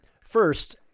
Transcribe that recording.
first